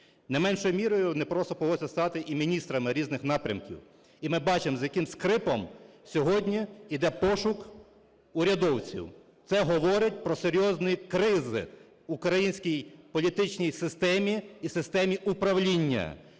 Не меншою мірою не просто погодитися стати і міністрами різних напрямків. І ми бачимо з яким скрипом сьогодні йде пошук урядовців. Це говорить про серйозну кризу в українській політичній системі і в системі управління.